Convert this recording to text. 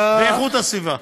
ואיכות הסביבה.